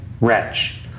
wretch